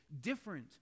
different